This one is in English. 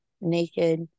naked